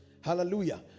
Hallelujah